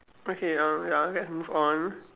okay um ya let's move on